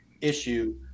issue